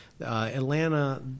Atlanta